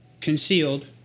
concealed